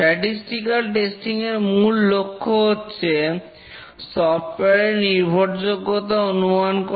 statistical testing এর মূল লক্ষ্য হচ্ছে সফটওয়্যার এর নির্ভরযোগ্যতা অনুমান করা